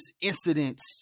incidents